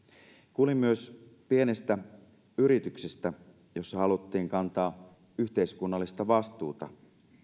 kuulin myös pienestä yrityksestä jossa haluttiin kantaa yhteiskunnallista vastuuta